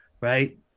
Right